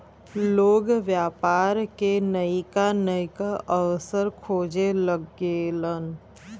लोग व्यापार के नइका नइका अवसर खोजे लगेलन